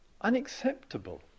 unacceptable